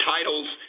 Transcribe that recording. titles